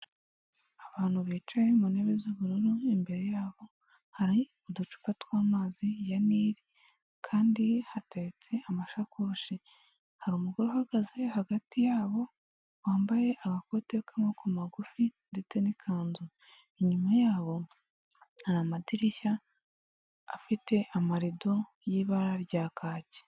Abantu bicaye mu ntebe z'ubururu, imbere yabo hari uducupa tw'amazi ya nili kandi hateretse amashakoshi, hari umugore uhagaze hagati yabo wambaye agakote k'amaboko magufi ndetse n'ikanzu. Inyuma yabo hari amadirishya afite amarido y'ibara rya kaki